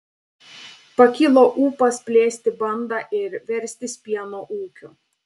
pakilo ūpas plėsti bandą ir verstis pieno ūkiu